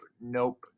nope